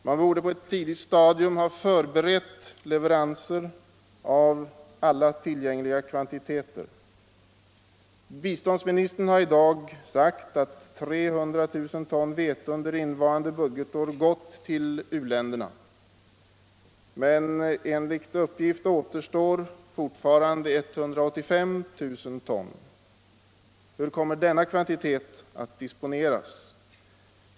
Man borde på ett tidigt stadium ha förberett leveranser av alla tillgängliga kvantiteter. Biståndsministern har i dag sagt att 300 000 ton vete under innevarande budgetår gått till u-länderna. Men enligt uppgift återstår fortfarande 185 000 ton. Hur kommer denna kvantitet att disponeras?